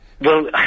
well-